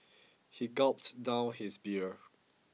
he gulped down his beer